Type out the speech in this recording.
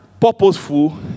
purposeful